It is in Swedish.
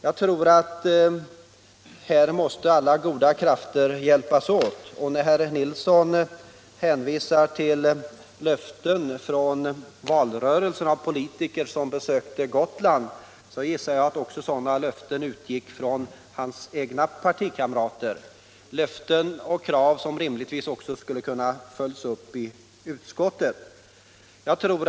Jag tror att alla goda krafter här måste hjälpas åt. När herr Nilsson i Visby hänvisar till löften som under valrörelsen avgavs av politiker som besökte Gotland, gissar jag att sådana löften också utgick från hans egna partikamrater, löften som rimligtvis borde ha kunnat följas upp i utskottet.